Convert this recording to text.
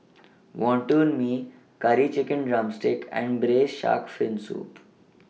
Wonton Mee Curry Chicken Drumstick and Braised Shark Fin Soup